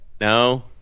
No